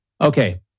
Okay